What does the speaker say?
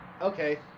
Okay